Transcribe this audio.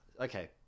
Okay